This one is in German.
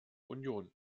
union